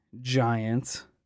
giants